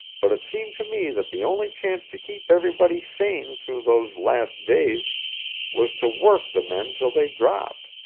but it seemed to me that the only chance to keep everybody sane through those last days was to work the men till they dropped.